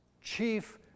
chief